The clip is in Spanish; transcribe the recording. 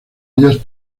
ellas